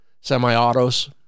Semi-autos